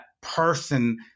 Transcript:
person